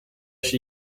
she